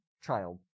child